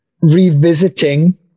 revisiting